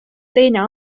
teine